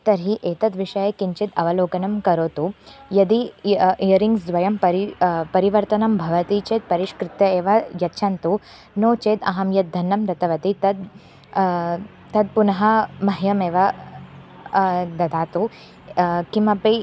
तर्हि एतद् विषये किञ्चित् अवलोकनं करोतु यदि इयरिङ्ग्स् द्वयं परि परिवर्तनं भवति चेत् परिष्कृत्य एव यच्छन्तु नोचेत् अहं यद् धनं दत्तवती तद् तद् पुनः मह्यमेव ददातु किमपि